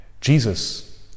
Jesus